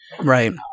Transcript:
Right